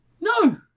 No